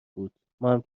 بود، ماهم